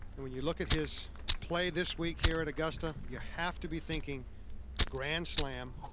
and when you look at his play this week, here at augusta, you have to be thinking grand slam.